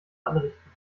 anrichten